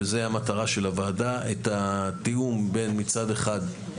וזו המטרה של הוועדה, את התיאום בין הציפיות,